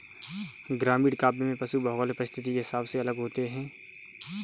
ग्रामीण काव्य में पशु भौगोलिक परिस्थिति के हिसाब से अलग होते हैं